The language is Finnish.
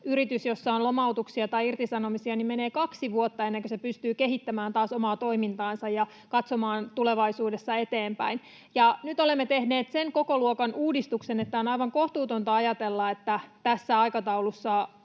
yrityksellä, jossa on lomautuksia tai irtisanomisia, menee kaksi vuotta ennen kuin se pystyy kehittämään taas omaa toimintaansa ja katsomaan tulevaisuudessa eteenpäin. Nyt me olemme tehneet sen kokoluokan uudistuksen, että on aivan kohtuutonta ajatella, että tässä aikataulussa